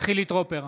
חילי טרופר,